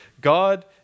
God